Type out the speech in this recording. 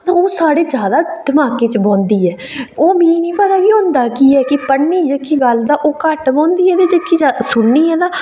ओह् साढ़े जैदा दमाकै च बौंह्दी ऐ ओह् मी नेईं पता कि होंदा केह् ऐ कि पढ़ने दी जेहकी गल्ल एह् ता ओह् घट्ट बौंह्दी ऐ जा जेह्की सुननी आं ता